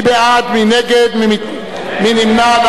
מי בעד, מי נגד, מי נמנע?